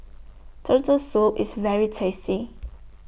Turtle Soup IS very tasty